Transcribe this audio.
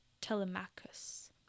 Telemachus